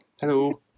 Hello